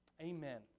Amen